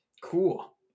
Cool